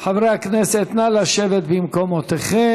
חברי הכנסת, נא לשבת במקומותיכם.